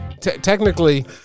technically